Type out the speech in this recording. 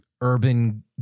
urban